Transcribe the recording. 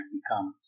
become